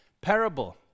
parable